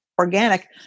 organic